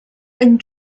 and